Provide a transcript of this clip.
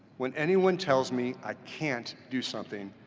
when anyone tells me i can't do something,